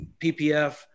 PPF